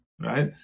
right